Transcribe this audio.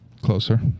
Closer